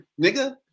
Nigga